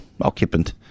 occupant